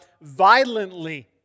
violently